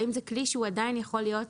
האם זה כלי שהוא עדיין יכול להיות